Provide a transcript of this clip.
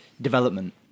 development